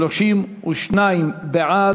32 בעד,